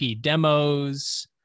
demos